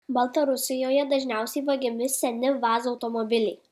baltarusijoje dažniausiai vagiami seni vaz automobiliai